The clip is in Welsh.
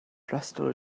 rhestr